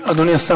אדוני השר,